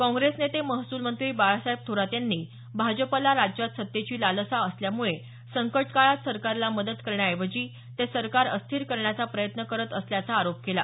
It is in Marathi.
काँग्रेस नेते महसूलमंत्री बाळासाहेब थोरात यांनी भाजपला राज्यात सत्तेची लालसा असल्यामुळे संकट काळात सरकारला मदत करण्याऐवजी ते सरकार अस्थिर करण्याचा प्रयत्न करत असल्याचा आरोप केला